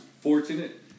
fortunate